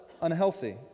unhealthy